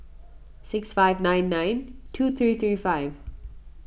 six five nine nine two three three five